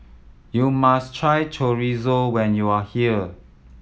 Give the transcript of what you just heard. you must try Chorizo when you are here